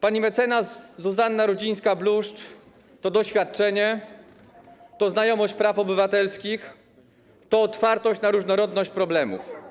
Pani mecenas Zuzanna Rudzińska-Bluszcz to doświadczenie, to znajomość praw obywatelskich, to otwartość na różnorodność problemów.